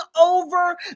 over